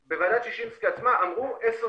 הכנסת, הממשלה צריכה להחליט מה היא עושה עכשיו